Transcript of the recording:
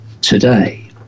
today